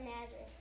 Nazareth